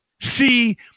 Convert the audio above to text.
see